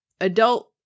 adult